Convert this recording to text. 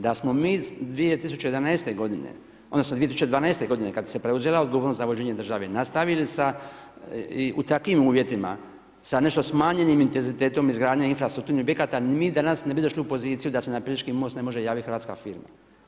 Da smo mi 2011. godine odnosno 2012. godine kad se preuzela odgovornost za vođenje države nastavili sa takvim uvjetima sa nešto smanjenim intenzitetom izgradnje infrastrukturnih objekata mi danas ne bi došli u poziciju da se na Pelješki most ne može javiti hrvatska firma.